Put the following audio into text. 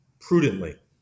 prudently